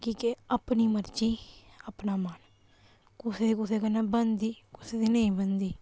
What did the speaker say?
कि के अपनी मर्ज़ी अपना मन कुसै दी कुसै कन्नै बनदी कुसै दी नेईं बनदी